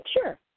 Sure